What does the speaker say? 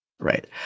Right